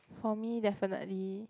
for me definitely